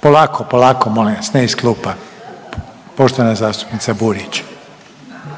Polako, polako molim vas ne iz klupa. Poštovana zastupnica Burić. **Burić, Majda